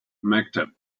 maktub